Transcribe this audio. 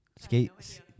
Skate